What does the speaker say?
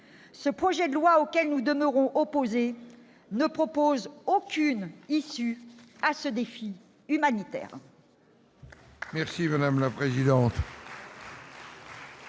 ce projet de loi auquel nous demeurons opposés ne propose aucune issue à ce défi humanitaire.